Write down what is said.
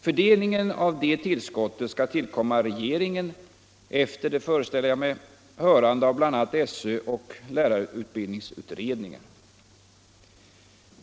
Fördelningen av detta tillskott skall tillkomma regeringen efter — föreställer jag mig — hörande av bl.a. skolöverstyrelsen och lärarutbildningsutredningen.